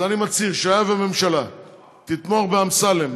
אז אני מצהיר שהיה והממשלה תתמוך באמסלם,